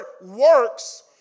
works